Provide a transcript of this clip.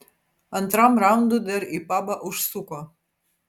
antram raundui dar į pabą užsuko